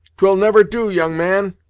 twill never do, young man,